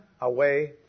away